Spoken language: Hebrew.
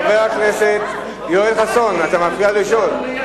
חבר הכנסת יואל חסון, אתה מפריע לשאול.